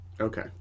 Okay